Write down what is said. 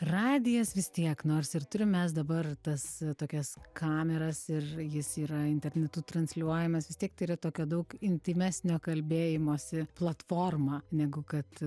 radijas vis tiek nors ir turim mes dabar tas tokias kameras ir jis yra internetu transliuojamas vis tiek tai yra tokia daug intymesnio kalbėjimosi platforma negu kad